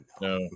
no